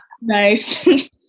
Nice